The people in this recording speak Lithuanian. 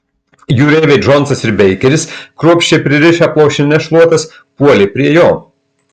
jūreiviai džonsas ir beikeris kruopščiai pririšę plaušines šluotas puolė prie jo